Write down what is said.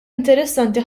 interessanti